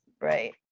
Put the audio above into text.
Right